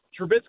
Trubisky